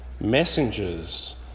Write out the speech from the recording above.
Messengers